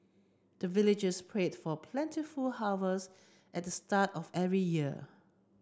the villagers prayed for plentiful harvest at the start of every year